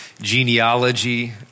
genealogy